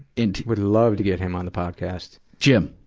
and would love to get him on the podcast. jim!